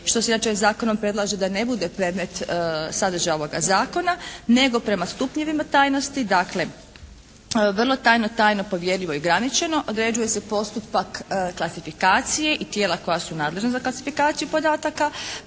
što se inače zakonom predlaže da ne bude predmet sadržaja ovoga zakona nego prema stupnjevima tajnosti dakle vrlo tajno, tajno, povjerljivo i ograničeno određuje se postupak klasifikacije i tijela koja su nadležna za klasifikaciju podataka.